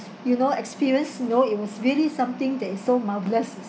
you know experience you know it was really something that is so marvellous